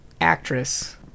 actress